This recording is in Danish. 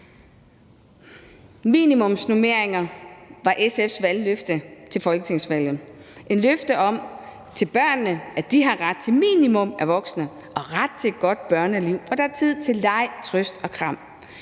Minimumsnormeringer var SF's valgløfte op til folketingsvalget, et løfte til børnene om, at de har ret til et minimum af voksne og ret til et godt børneliv, hvor der er tid til leg, trøst og kram.